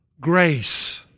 Grace